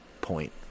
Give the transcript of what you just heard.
point